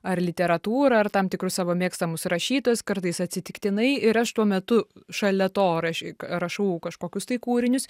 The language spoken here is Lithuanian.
ar literatūrą ar tam tikrus savo mėgstamus rašytojus kartais atsitiktinai ir aš tuo metu šalia to rašyk rašau kažkokius tai kūrinius